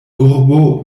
urbo